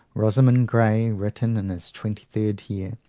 rosamund grey, written in his twenty-third year,